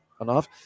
enough